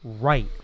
right